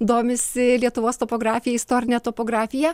domisi lietuvos topografija istorine topografija